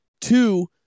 two